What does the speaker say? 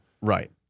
Right